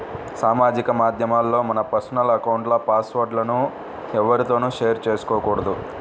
సామాజిక మాధ్యమాల్లో మన పర్సనల్ అకౌంట్ల పాస్ వర్డ్ లను ఎవ్వరితోనూ షేర్ చేసుకోకూడదు